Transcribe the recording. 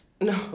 No